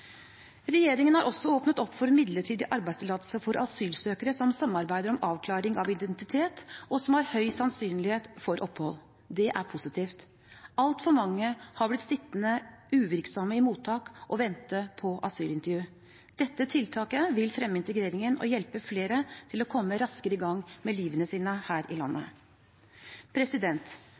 Regjeringen har også åpnet opp for midlertidig arbeidstillatelse for asylsøkere som samarbeider om avklaring av identitet, og som har høy sannsynlighet for opphold. Det er positivt. Altfor mange har blitt sittende uvirksomme i mottak og vente på asylintervju. Dette tiltaket vil fremme integreringen og hjelpe flere til å komme raskere i gang med livet sitt her i landet.